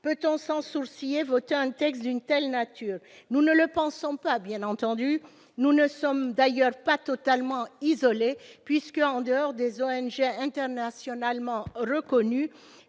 Peut-on, sans sourciller, voter un texte d'une telle nature ? Nous ne le pensons pas, bien entendu. Nous ne sommes d'ailleurs pas totalement isolés puisque, en dehors des ONG internationalement reconnues